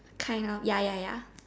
kind of ya ya ya